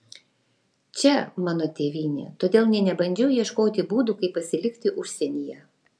čia mano tėvynė todėl nė nebandžiau ieškoti būdų kaip pasilikti užsienyje